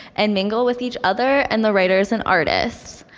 and mingle with each other and the writers and artists.